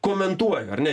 komentuoju ar ne